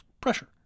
pressure